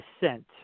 descent